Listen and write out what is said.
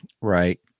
right